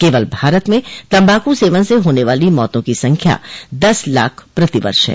केवल भारत में तम्बाकू सेवन से होने वाली मौतों की संख्या दस लाख प्रतिवर्ष है